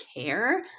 care